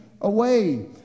away